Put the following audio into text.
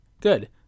Good